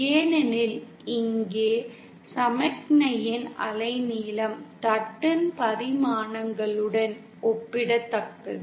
ஏனெனில் இங்கே சமிக்ஞையின் அலைநீளம் தட்டின் பரிமாணங்களுடன் ஒப்பிடத்தக்கது